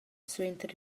suenter